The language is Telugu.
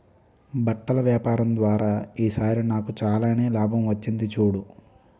బట్టల వ్యాపారం ద్వారా ఈ సారి నాకు చాలానే లాభం వచ్చింది చూడు